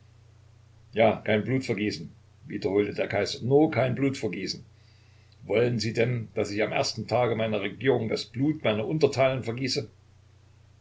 ja kein blutvergießen wiederholte der kaiser nur kein blutvergießen wollen sie denn daß ich am ersten tage meiner regierung das blut meiner untertanen vergieße